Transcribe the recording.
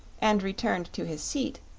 and returned to his seat,